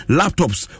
laptops